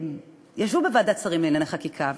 שישבו בוועדת שרים לענייני חקיקה,